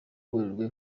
werurwe